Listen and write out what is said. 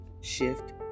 shift